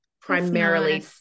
primarily